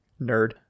nerd